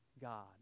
God